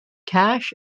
cash